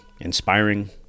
inspiring